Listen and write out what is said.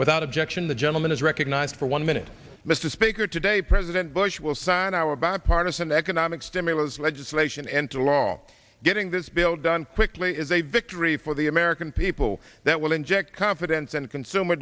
without objection the gentleman is recognized for one minute mr speaker today president bush will sign our bipartisan economic stimulus legislation enter law getting this bill done quickly is a victory for the american people that will inject confidence and consumer